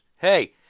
Hey